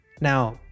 Now